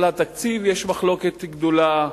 על התקציב יש מחלוקת גדולה,